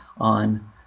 on